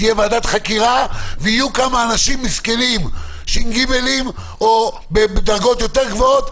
תהיה ועדת חקירה ויהיו כמה אנשים מסכנים ש"ג או בדרגות יותר גבוהות,